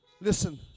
Listen